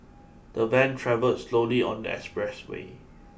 the van travelled slowly on the expressway